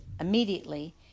immediately